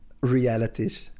realities